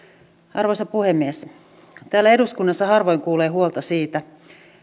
arvoisa puhemies täällä eduskunnassa harvoin kuulee huolta siitä